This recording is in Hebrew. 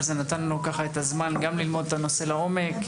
אבל זה נתן לנו את הזמן ללמוד את הנושא לעומק,